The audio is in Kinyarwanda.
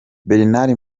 bernard